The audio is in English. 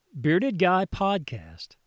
beardedguypodcast